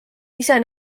ise